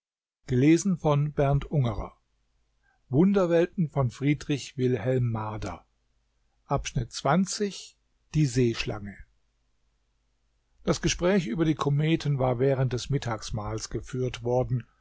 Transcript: die seeschlange das gespräch über die kometen war während des mittagsmahls geführt worden